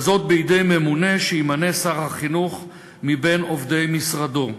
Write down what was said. וזאת בידי ממונה שימנה שר החינוך מבין עובדי משרדו.